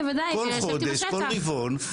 כל רבעון,